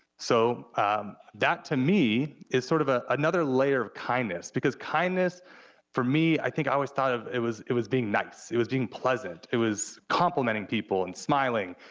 so that, to me, is sort of ah another layer of kindness, because kindness for me, i think i always thought that it was it was being nice, it was being pleasant, it was complimenting people and smiling,